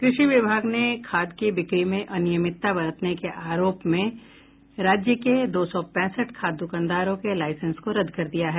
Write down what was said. कृषि विभाग ने खाद की बिक्री में अनियमितता बरतने के आरोप में राज्य के दो सौ पैंसठ खाद दुकानदारों के लाईसेंस को रद्द कर दिया है